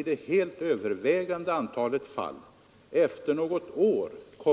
I det helt övervägande antalet fall, om också inte i alla,